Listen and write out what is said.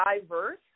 diverse